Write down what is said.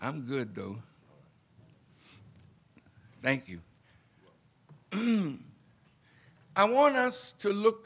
i'm good tho thank you i want us to look